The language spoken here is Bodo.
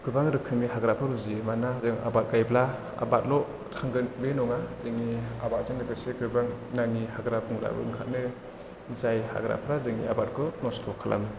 गोबां रोखोमनि हाग्राफोर रज'यो मानोना जों आबाद गायोब्ला आबादल' थांगोन बे नङा जोंनि आबादजों लोगोसे गोबां नाङि हाग्रा बंग्रा ओंखारो जाय हाग्राफोरा जोंनि आबादखौ नस्थ' खालामो